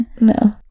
No